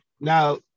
now